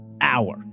hour